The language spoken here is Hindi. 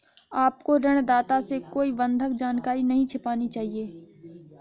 आपको ऋणदाता से कोई बंधक जानकारी नहीं छिपानी चाहिए